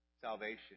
salvation